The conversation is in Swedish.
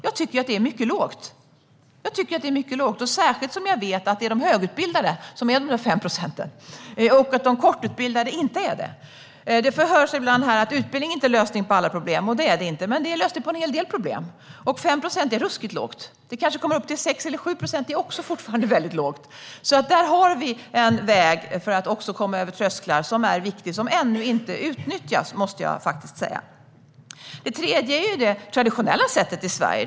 Jag tycker att det är mycket lågt, särskilt som jag vet att det är de högutbildade som är de 5 procenten, inte de lågutbildade. Det sägs här ibland att utbildning inte är lösningen på alla problem, och det är det inte, men det är en lösning på en hel del problem. 5 procent är ruskigt lågt. Kanske kommer siffran upp till 6 eller 7 procent, men det är fortfarande väldigt lågt. Utbildning är en viktig väg för att komma över trösklar men som ännu inte utnyttjas, måste jag faktiskt säga. Det tredje är det traditionella sättet i Sverige.